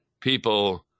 people